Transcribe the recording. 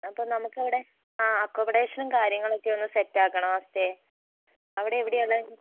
അപ്പം നമുക്കവിടെ ആ അക്കോമഡേഷനും കാര്യങ്ങളൊക്കെ ഒന്ന് സെറ്റാക്കണം ആ സ്റ്റേ അവിടെ എവിടെയാണുള്ളത്